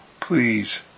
please